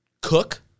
cook